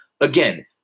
again